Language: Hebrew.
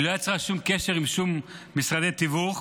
היא לא יצרה שום קשר עם שום משרדי תיווך,